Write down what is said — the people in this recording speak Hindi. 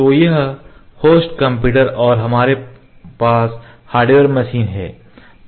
तो यह होस्ट कंप्यूटर है हमारे पास हार्डवेयर मशीन है